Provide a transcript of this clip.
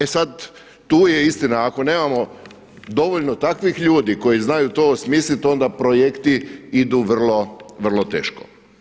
E sad tu je istina, ako nemamo dovoljno takvih ljudi koji znaju to osmislit onda projekti idu vrlo, vrlo teško.